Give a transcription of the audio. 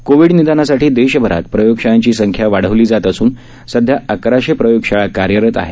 Covid निदानासाठी देशभरात प्रयोगशाळांची संख्या वाढवली जात असून सध्या अकराशे प्रयोगशाळा कार्यरत आहेत